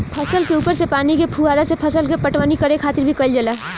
फसल के ऊपर से पानी के फुहारा से फसल के पटवनी करे खातिर भी कईल जाला